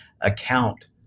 account